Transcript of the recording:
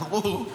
אמרו,